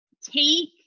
take